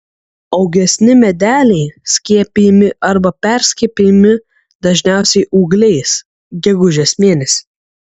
augesni medeliai skiepijami arba perskiepijami dažniausiai ūgliais gegužės mėnesį